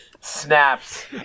Snaps